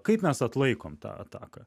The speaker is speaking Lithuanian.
kaip mes atlaikom tą ataką